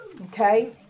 Okay